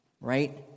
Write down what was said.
right